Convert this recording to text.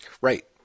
right